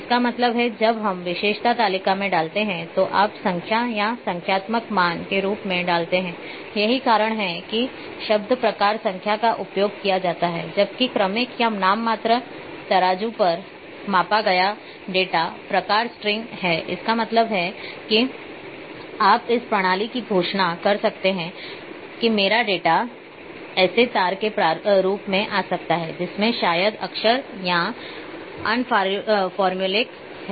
इसका मतलब है जब हम विशेषता तालिका में डालते हैं तो आप संख्या को संख्यात्मक मान के रूप में डालते हैं यही कारण है कि शब्द प्रकार संख्या का उपयोग किया जाता है जबकि क्रमिक या नाममात्र तराजू पर मापा गया डेटा प्रकार स्ट्रिंग है इसका मतलब है कि आप इस प्रणाली की घोषणा कर रहे हैं कि मेरा डेटा ऐसे तार के रूप में आ सकता है जिसमें शायद अक्षर या अल्फ़ान्यूमेरिक हैं